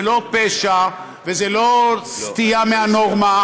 זה לא פשע וזה לא סטייה מהנורמה,